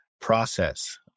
process